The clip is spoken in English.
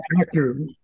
actor